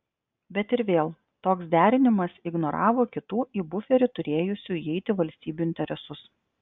bet ir vėl toks derinimas ignoravo kitų į buferį turėjusių įeiti valstybių interesus